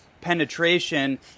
penetration